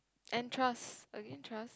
and trust again trust